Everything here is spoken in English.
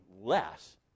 less